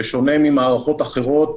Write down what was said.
בשונה ממערכות אחרות,